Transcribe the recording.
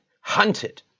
hunted